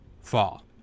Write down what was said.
fall